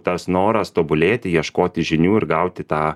tas noras tobulėti ieškoti žinių ir gauti tą